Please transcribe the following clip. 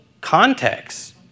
context